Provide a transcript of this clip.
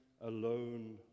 alone